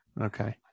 Okay